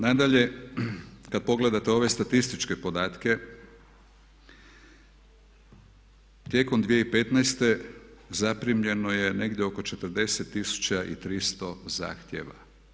Nadalje, kad pogledate ove statističke podatke tijekom 2015.zaprimljeno je negdje oko 40 300 zahtjeva.